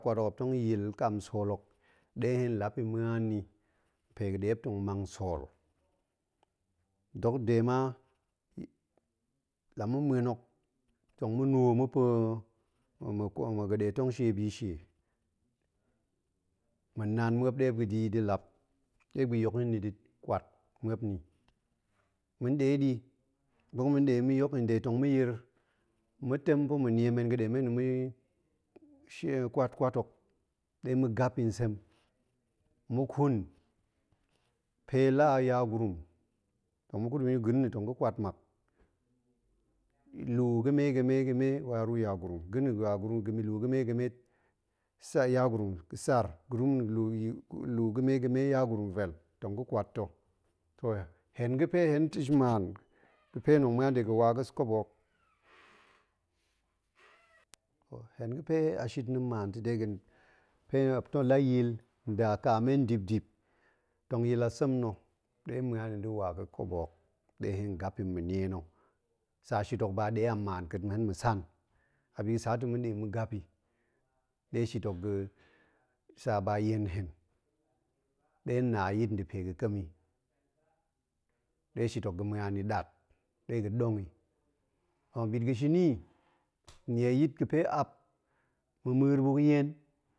Kwat hok muop tong yil ƙam sool hok ɗe hen lap i ma̱an ni pe ga̱ ɗe muop tong mang sool, dok de ma la ma̱ ma̱en hok, tong ma̱ nwo ma̱ pa̱ ma̱ ga̱ ɗe tong shie bi shie, ma̱ nan muop ɗe muop ga̱ da̱ i da̱ lap, ɗe muop ga̱ yok yin ni da̱ kwat muop ni. ma̱n ɗe ɗi buk ma̱n ɗe ma̱ yok i, nde tong ma̱ yir ma̱ tem pa̱ ma̱ nie men ga̱ ɗe men tong ma̱ kwat kwat hok ɗe ma̱ gap i nsem, ma̱ ƙun, pe la a yagurum, tong ma̱ kut ma̱ yin ga̱ tong ga̱ kwat nmak luu ga̱me-ga̱me-ga̱me, wa ruu yagurum, ga̱ na̱ luu ga̱me-ga̱me sa yagurum ga̱ sar, ga̱na luu ga̱me-ga̱me yagurum vel tong ga̱ kwat ta̱ to hen ga̱ fe hen ta̱ nmaan ga̱ fe tong ma̱an ta̱ de ga̱n wa ga̱ kobo hok, hen ga̱ fe a shit na̱ nmaan ta̱ de ga̱pe muop la yil, nda ƙaa men dip-dip tong yil a sem na̱ ɗe hen ma̱an i da̱ wa ga̱ kobo hok ɗe hen gap i ma̱ nie na̱, sa shit hok ba ɗe an maan ka̱a̱t hen ma̱san, abi ga̱ sa ta̱ ma̱ ɗe ma̱ gap i ɗe shit hok ga̱, sa ba yen nhen, ɗe hen na yit nda̱ pe ga̱ ƙem i, ɗe shit hok ga̱ ma̱an i ɗat, ɗe ga̱ ɗong i. to ɓit ga̱ shini, nie yit ga̱ pe ap, ma̱ ma̱a̱r buk yen.